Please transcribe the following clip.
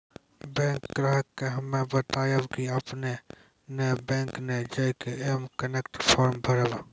bank ग्राहक के हम्मे बतायब की आपने ने बैंक मे जय के एम कनेक्ट फॉर्म भरबऽ